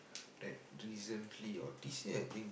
that recently or this year I think